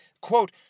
quote